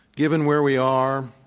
given where we are,